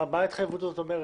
מה ההתחייבות הזאת אומרת?